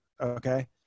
Okay